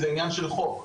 זה עניין של חוק.